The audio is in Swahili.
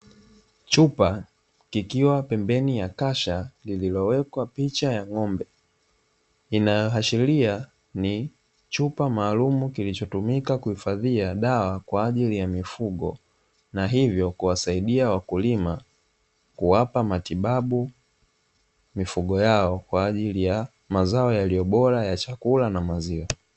Chupa ikiwa pembeni ya kasha lililoweka picha ya ng'ombe, ikiashiria ni chupa maalumu kilichotumika kuhifadhia dawa kwa ajili ya mifugo, na hivyo kuwasaidia wakulima kuwapa matibabu mifugo yao kwa ajili ya mazao yaliyo bora na ya chakula.